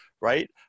right